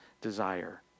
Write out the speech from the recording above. desire